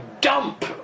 dump